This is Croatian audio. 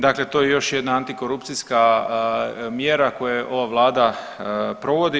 Dakle, to je još jedna antikorupcijska mjera koje ova vlada provodi.